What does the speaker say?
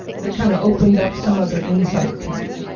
that kind of opened up some other insight to you.